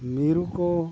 ᱢᱤᱨᱩ ᱠᱚ